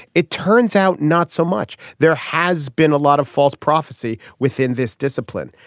it turns out not so much. there has been a lot of false prophecy within this discipline.